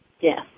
Yes